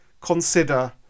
consider